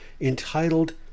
entitled